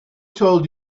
told